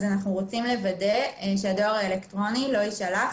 אנחנו רוצים לוודא שהדואר האלקטרוני לא יישלח